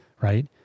right